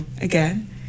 again